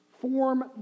form